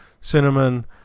Cinnamon